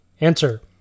Answer